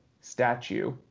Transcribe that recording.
statue